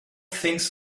things